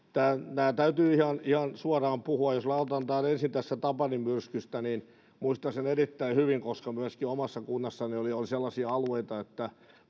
nämä täytyy ihan suoraan puhua jos aloitan tapani myrskystä niin muistan sen erittäin hyvin koska myöskin omassa kunnassani oli sellaisia alueita että